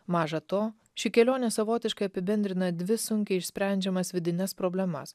maža to ši kelionė savotiškai apibendrina dvi sunkiai išsprendžiamas vidines problemas